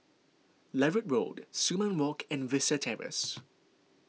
Larut Road Sumang Walk and Vista Terrace